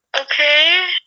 Okay